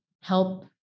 help